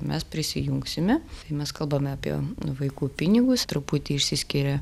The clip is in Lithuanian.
mes prisijungsime tai mes kalbame apie vaikų pinigus truputį išsiskiria